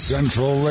Central